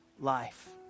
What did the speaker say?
life